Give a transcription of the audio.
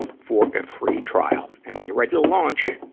for a free trial. and when you're ready to launch,